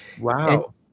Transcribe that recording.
Wow